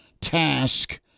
task